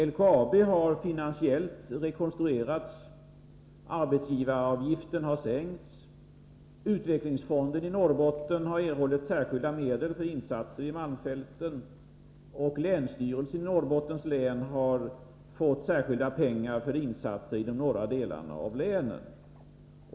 LKAB har rekonstruerats finansiellt, arbetsgivaravgiften har sänkts, utvecklingsfonden i Norrbotten har erhållit särskilda medel för insatser i malmfälten och länsstyrelsen i Norrbottens län har fått särskilda pengar för insatser i de norra delarna av länet.